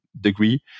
degree